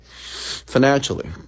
financially